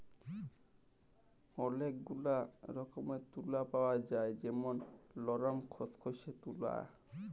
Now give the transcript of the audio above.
ওলেক গুলা রকমের তুলা পাওয়া যায় যেমল লরম, খসখসে তুলা